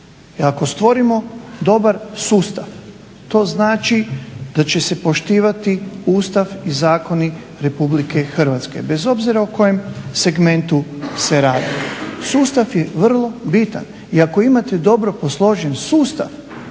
I ako stvorimo dobar sustav, to znači da će se poštivati Ustav i zakoni Republike Hrvatske. Bez obzira o kojem segmentu se radi, sustav je vrlo bitan, Iako imate dobro posložen sustav,